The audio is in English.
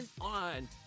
on